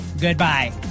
Goodbye